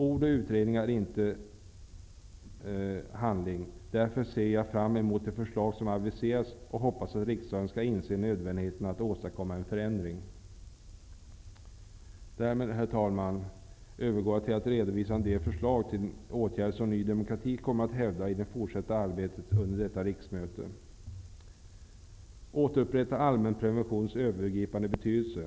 Ord och utredningar är inte detsamma som handling. Jag ser fram emot de förslag som har aviserats och hoppas att riksdagen skall inse nödvändigheten av att åstadkomma en förändring. Herr talman! Därmed övergår jag till att redovisa en del förslag till åtgärder som Ny demokrati kommer att hävda i det fortsatta arbetet under detta riksmöte. Vi måste återupprätta allmänpreventionens övergripande betydelse.